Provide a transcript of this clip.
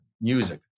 music